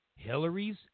Hillary's